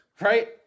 right